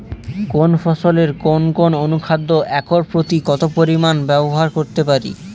কোন ফসলে কোন কোন অনুখাদ্য একর প্রতি কত পরিমান ব্যবহার করতে পারি?